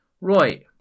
Right